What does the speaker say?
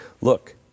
look